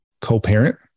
co-parent